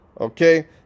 Okay